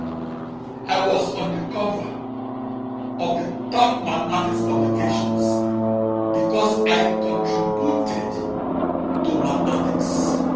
i was on the cover of the top mathematics publications because i contributed to mathematics.